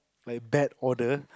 like bad odor